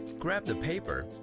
grab the paper,